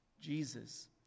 Jesus